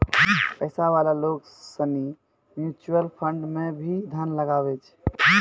पैसा वाला लोग सनी म्यूचुअल फंड मे भी धन लगवै छै